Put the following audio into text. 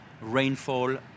rainfall